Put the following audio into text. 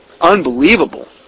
unbelievable